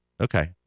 Okay